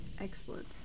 Excellent